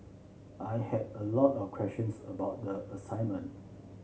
I had a lot of questions about the assignment